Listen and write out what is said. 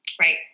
Right